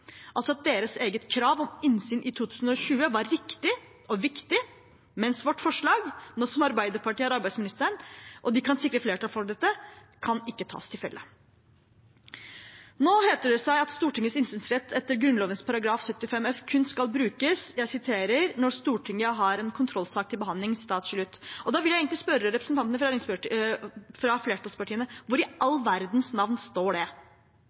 altså at deres eget krav om innsyn i 2020, var riktig og viktig, mens vårt forslag nå som Arbeiderpartiet har arbeidsministeren, og de kan sikre flertall for dette, ikke kan tas til følge. Nå heter det seg at Stortingets innsynsrett etter Grunnloven § 75 kun skal brukes «når Stortinget har en kontrollsak til behandling». Da vil jeg egentlig spørre representantene fra flertallspartiene: Hvor i all verdens navn står det?